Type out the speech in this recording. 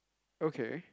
okay